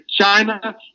China